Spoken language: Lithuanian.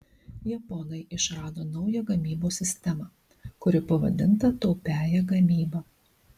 japonai išrado naują gamybos sistemą kuri pavadinta taupiąja gamyba